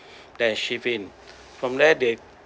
then shift in from there they